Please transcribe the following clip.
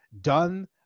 done